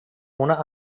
una